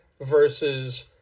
versus